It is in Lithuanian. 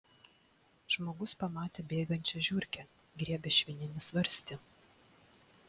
žmogus pamatė bėgančią žiurkę griebia švininį svarstį